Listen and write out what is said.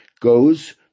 goes